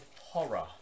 horror